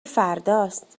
فرداست